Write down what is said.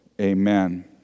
Amen